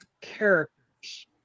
characters